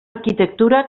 arquitectura